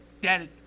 dead